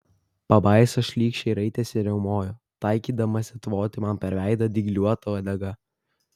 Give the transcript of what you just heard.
pabaisa šlykščiai raitėsi ir riaumojo taikydamasi tvoti man per veidą dygliuota uodega